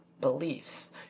beliefs